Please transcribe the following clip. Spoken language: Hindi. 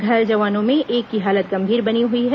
घायल जवानों में एक की हालत गंभीर बनी हुई है